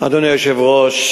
אדוני היושב-ראש,